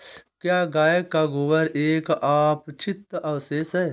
क्या गाय का गोबर एक अपचित अवशेष है?